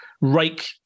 rake